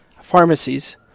pharmacies